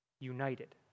united